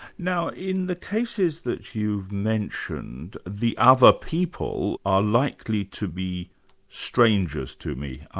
now in the cases that you've mentioned, the other people are likely to be strangers to me,